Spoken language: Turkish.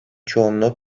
çoğunluğu